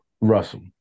Russell